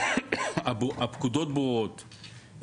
הפקודות ברורות,